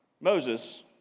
Moses